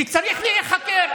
שצריך להיחקר.